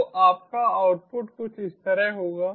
तो आपका आउटपुट कुछ इस तरह होगा